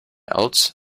else